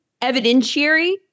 evidentiary